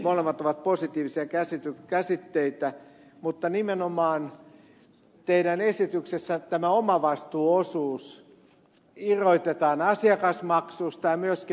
molemmat ovat positiivisia käsitteitä mutta nimenomaan teidän esityksessä tämä omavastuuosuus irrotetaan asiakasmaksusta ja myöskin maksukatosta